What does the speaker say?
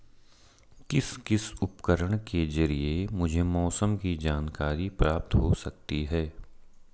किस किस उपकरण के ज़रिए मुझे मौसम की जानकारी प्राप्त हो सकती है?